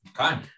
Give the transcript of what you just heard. Okay